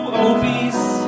obese